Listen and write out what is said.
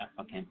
Okay